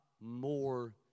more